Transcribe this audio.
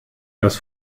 das